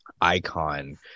icon